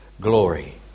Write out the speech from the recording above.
glory